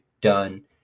done